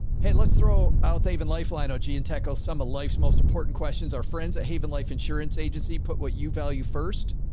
hey, let's throw out the haven life line o g and tackle some of life's most important questions. our friends at haven life insurance agency put what you value. first,